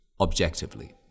objectively